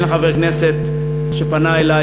אין חבר כנסת שפנה אלי,